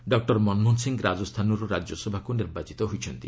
doctor Manmohan Singh ରାଜସ୍ଥାନରୁ ରାଜ୍ୟସଭାକୁ ନିର୍ବାଚିତ ହୋଇଛନ୍ତି